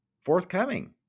forthcoming